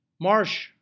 Marsh